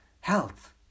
health